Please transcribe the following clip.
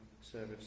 service